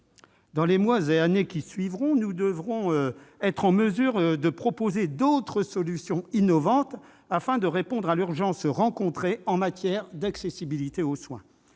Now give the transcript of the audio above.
Dans les mois et années à venir, nous devrons être en mesure de proposer d'autres solutions innovantes afin de répondre à l'urgence rencontrée en matière d'accessibilité aux soins.